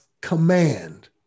command